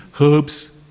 herbs